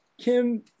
Kim